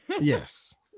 Yes